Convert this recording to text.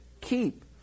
Keep